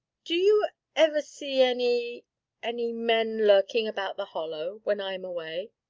do you ever see any any men lurking about the hollow when i am away?